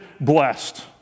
blessed